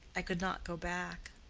i could not go back.